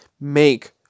make